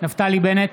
נפתלי בנט,